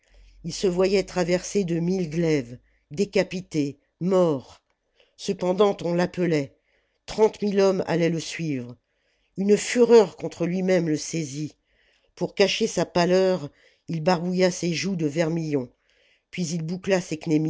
il se voyait traversé de mille glaives décapité mort cependant on l'appelait trente mille hommes allaient le suivre une fureur contre lui-même le saisit pour cacher sa pâleur il barbouilla ses joues de vermillon puis il boucla